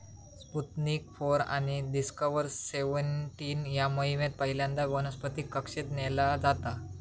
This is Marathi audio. स्पुतनिक फोर आणि डिस्कव्हर सेव्हनटीन या मोहिमेत पहिल्यांदा वनस्पतीक कक्षेत नेला जाता